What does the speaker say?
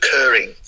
occurring